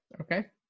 Okay